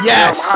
Yes